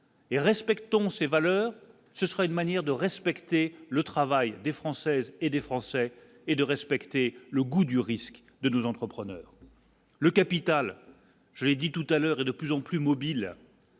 Et respecteront ces valeurs, ce serait une manière de respecter le travail des Françaises et des Français et de respecter le goût du risque de nous entrepreneurs, le capital, j'ai dit tout à l'heure et de plus en plus mobiles.